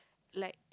like